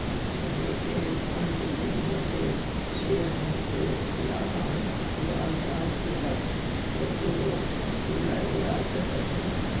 retained earning बिज्नेसेर शेयरधारकोक लाभांस दुआर बाद जेला बचोहो उला आएर पैसा छे